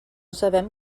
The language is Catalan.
sabem